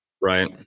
Right